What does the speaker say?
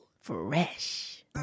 Fresh